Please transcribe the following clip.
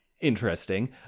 interesting